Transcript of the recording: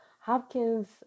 Hopkins